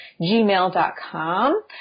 gmail.com